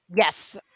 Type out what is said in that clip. Yes